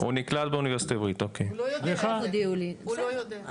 והוא נקלט באוניברסיטה העברית אצל ד"ר דגנית פייקובסקי.